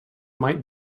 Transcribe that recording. might